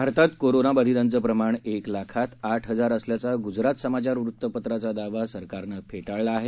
भारतात कोरोनाबाधितांचं प्रमाण एक लाखात आठ हजार असल्याचा गुजरात समाचार वृत्तपत्राचा दावा सरकारनं फेटाळला आहे